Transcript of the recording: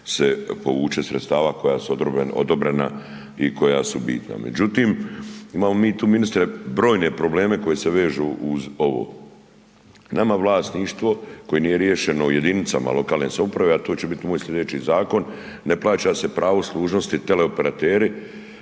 se povuče sredstava koja su odobrena i koja su bitna. Međutim, imamo mi tu, ministre, brojne probleme koji se vežu uz ovo. Nama vlasništvo koje nije riješeno u jedinicama lokalne samouprave, a to će biti moj sljedeći zakon, ne plaća se pravo služnosti teleoperateri